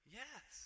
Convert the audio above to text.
yes